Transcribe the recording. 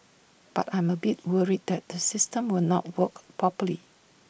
but I am A bit worried that the system will not work properly